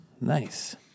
Nice